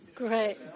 Great